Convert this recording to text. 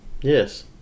Yes